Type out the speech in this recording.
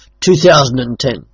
2010